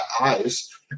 eyes